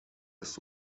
ist